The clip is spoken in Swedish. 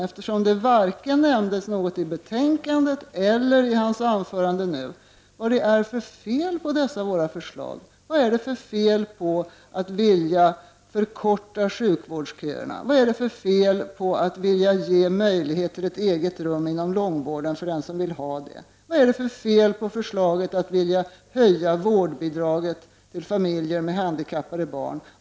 Eftersom det inte nämns något om detta i betänkandet eller i Roland Sundgrens anförande vill jag fråga vad det är för fel på dessa våra förslag. Vad är det för fel på att vilja förkorta köerna på sjukhusen? Vad är det för fel på att vilja ge möjlighet till ett eget rum på långvården för dem som vill ha det? Vad är det för fel på förslaget om att höja vårdbidraget till familjer med handikappade barn?